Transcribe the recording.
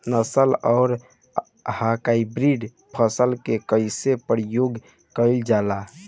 नस्ल आउर हाइब्रिड फसल के कइसे प्रयोग कइल जाला?